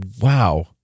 wow